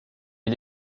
est